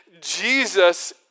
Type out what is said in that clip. Jesus